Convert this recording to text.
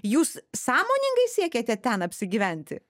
jūs sąmoningai siekiate ten apsigyventi